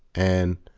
and